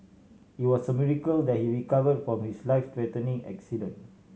it was a miracle that he recovered from his life threatening accident